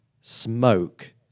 smoke